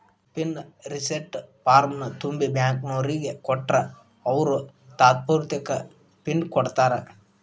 pin reset ಫಾರ್ಮ್ನ ತುಂಬಿ ಬ್ಯಾಂಕ್ನೋರಿಗ್ ಕೊಟ್ರ ಅವ್ರು ತಾತ್ಪೂರ್ತೆಕ ಪಿನ್ ಕೊಡ್ತಾರಾ